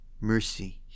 Mercy